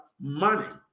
money